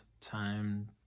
time